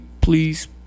please